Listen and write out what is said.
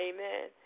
Amen